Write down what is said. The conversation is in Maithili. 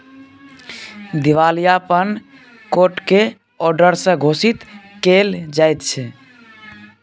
दिवालियापन कोट के औडर से घोषित कएल जाइत छइ